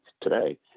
today